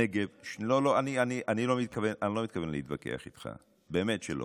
הנגב אני לא מתכוון להתווכח איתך, באמת שלא.